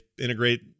integrate